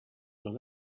dans